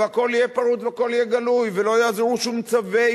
והכול יהיה פרוץ והכול יהיה גלוי ולא יעזרו שום צווי